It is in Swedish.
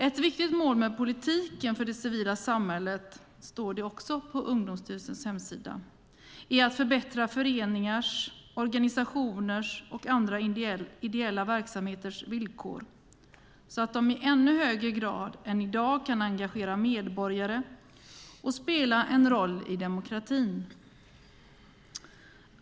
På Ungdomsstyrelsens hemsida står det också att ett viktigt mål med politiken för det civila samhället är att förbättra föreningars, organisationers och andra ideella verksamheters villkor så att de i ännu högre grad än i dag kan engagera medborgare och spela en roll i demokratin.